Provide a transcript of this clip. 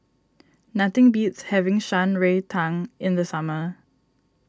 nothing beats having Shan Rui Tang in the summer